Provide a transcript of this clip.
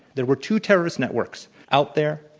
there were two terrorist networks out there,